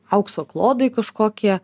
aukso klodai kažkokie